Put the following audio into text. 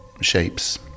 shapes